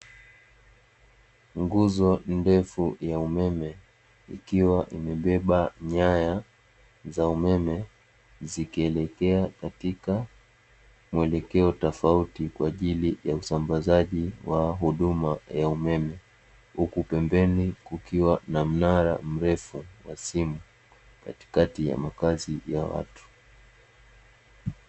Nguzo ndefu ya umeme ikiwa imebeba nyaya za umeme zikielekea katika muelekeo tofauti kwajili ya usambazaji wa huduma ya umeme, huku pembeni kukiwa na mnara mrefu wa simu katikati ya makazi ya watu.